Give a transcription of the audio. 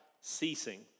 ceasing